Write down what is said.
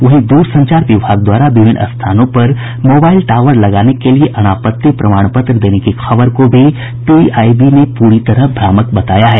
वहीं दूरसंचार विभाग द्वारा विभिन्न स्थानों पर मोबाईल टावर लगाने के लिए अनापत्ति प्रमाण पत्र देने की खबर को भी पीआईबी ने पूरी तरह भ्रामक बताया है